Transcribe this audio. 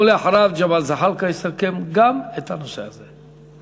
ואחריו, ג'מאל זחאלקה יסכם גם את הנושא הזה.